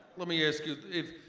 let me ask you,